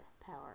power